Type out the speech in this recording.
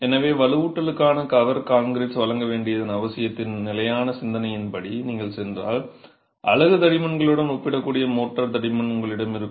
எனவே வலுவூட்டலுக்கான cover concrete வழங்க வேண்டியதன் அவசியத்தின் நிலையான சிந்தனையின்படி நீங்கள் சென்றால் அலகு தடிமன்களுடன் ஒப்பிடக்கூடிய மோர்ட்டார் தடிமன் உங்களிடம் இருக்கும்